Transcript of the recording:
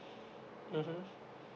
mmhmm